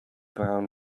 brown